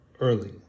early